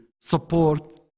support